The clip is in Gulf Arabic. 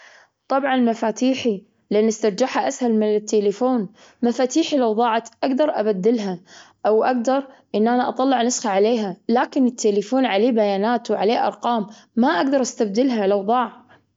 طبعا، مفاتيحي، لأني أسترجعها أسهل من التليفون. مفاتيحي لو ضاعت، أقدر أبدلها أو أقدر أني أطلع نسخة عليها. لكن التليفون عليه بيانات وعليه أرقام، ما أقدر استبدلها لو ضاع.